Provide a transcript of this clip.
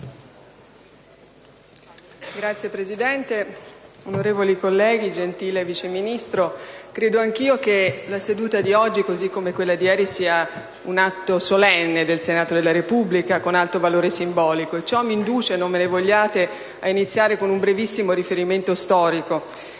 Signor Presidente, onorevoli colleghi, gentile Vice Ministro, credo anch'io che la seduta di oggi, come quella di ieri, sia un atto solenne del Senato della Repubblica con alto valore simbolico. Ciò mi induce - non me ne vogliate - ad iniziare con un brevissimo riferimento storico